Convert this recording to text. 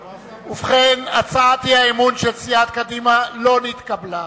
ובכן, הצעת האי-אמון של סיעת קדימה לא נתקבלה.